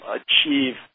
achieve